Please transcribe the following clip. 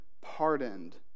pardoned